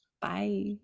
bye